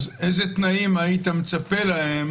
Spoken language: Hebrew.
איזה תנאים היית מצפה להם